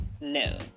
No